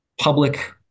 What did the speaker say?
public